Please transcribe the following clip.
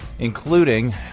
including